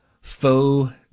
faux